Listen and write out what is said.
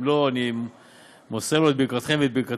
אם לא, אני מוסר לו את ברכתכם ואת ברכתי,